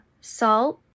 salt